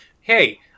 hey